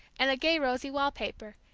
and a gay rosy wall paper,